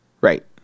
Right